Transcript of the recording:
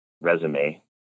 resume